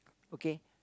okay